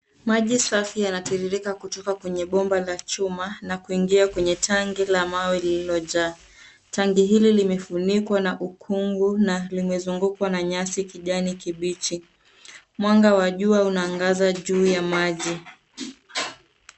Maji safi yanatiririka kutoka kwenye bomba la chuma .na kuingia kwenye tangi la mawe lililojaa. Tangi hili limefunikwa na ukungu ,na limezungukwa na nyasi kijani kibichi. Mwanga wa jua inaangaza juu ya maji.